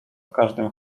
każdym